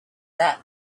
that